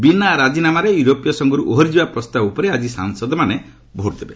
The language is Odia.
ବିନା ରାଜିନାମାରେ ୟୁରୋପୀୟ ସଂଘରୁ ଓହରି ଯିବା ପ୍ରସ୍ତାବ ଉପରେ ଆଜି ସାଂସଦମାନେ ଭୋଟ୍ ଦେବେ